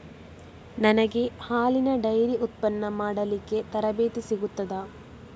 ನನಗೆ ಹಾಲಿನ ಡೈರಿ ಉತ್ಪನ್ನ ಮಾಡಲಿಕ್ಕೆ ತರಬೇತಿ ಸಿಗುತ್ತದಾ?